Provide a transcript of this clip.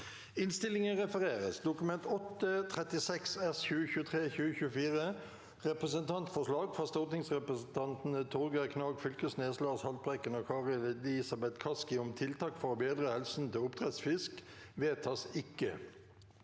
følgende v e d t a k : Dokument 8:36 S (2023–2024) – Representantforslag fra stortingsrepresentantene Torgeir Knag Fylkesnes, Lars Haltbrekken og Kari Elisabeth Kaski om tiltak for å bedre helsen til oppdrettsfisk – vedtas ikke.